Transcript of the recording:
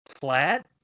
flat